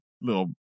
Little